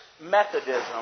Methodism